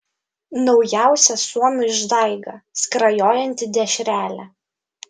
naujausia suomio išdaiga skrajojanti dešrelė